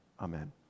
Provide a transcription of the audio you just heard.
Amen